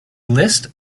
list